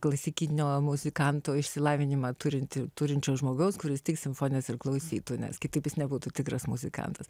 klasikinio muzikanto išsilavinimą turintį turinčio žmogaus kuris tik simfonijas ir klausytų nes kitaip jis nebūtų tikras muzikantas